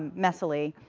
messily.